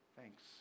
Thanks